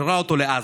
לעזה.